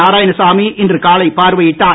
நாராயணசாமி இன்று காலை பார்வையிட்டார்